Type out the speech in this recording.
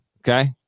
Okay